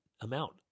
amount